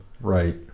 Right